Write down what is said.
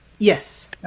yes